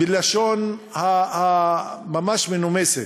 בלשון ממש מנומסת,